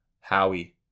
Howie